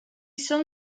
són